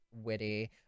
witty